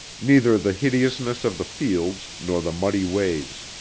neither the hideousness of the fields nor the muddy ways.